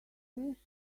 wish